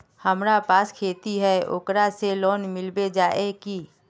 हमरा पास खेती है ओकरा से लोन मिलबे जाए की?